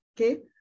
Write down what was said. okay